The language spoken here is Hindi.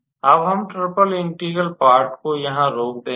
अब हम ट्रिपल इंटेग्रल पार्ट को यहां रोक देंगे